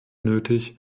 nötig